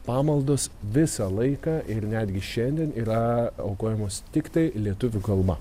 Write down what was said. pamaldos visą laiką ir netgi šiandien yra aukojamos tiktai lietuvių kalba